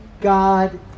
God